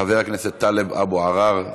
חבר הכנסת טלב אבו עראר,